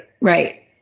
Right